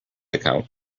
account